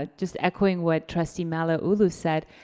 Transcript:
ah just echoing what trustee malauulu said,